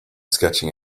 sketching